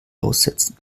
aussetzen